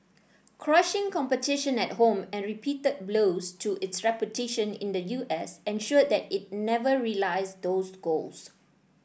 crushing competition at home and repeated blows to its reputation in the U S ensured that it never realised those goals